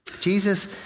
Jesus